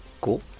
Cool